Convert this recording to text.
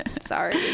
Sorry